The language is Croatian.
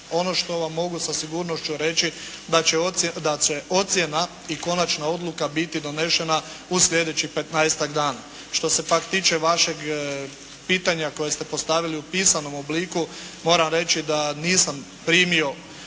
Ono što vam mogu sa sigurnošću reći da će ocjena i konačna odluka biti donesena u sljedećih 15.-ak dana. Što se pak tiče vašeg pitanja koje ste postavili u pisanom obliku, moram reći da nisam primio